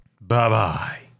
Bye-bye